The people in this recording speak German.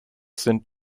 sind